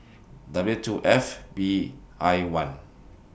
W two F B I one